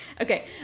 Okay